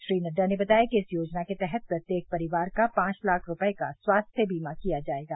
श्री नड्डा ने बताया कि इस योजना के तहत प्रत्येक परिवार का पांच लाख रूपए का स्वास्थ्य बीमा किया जाएगा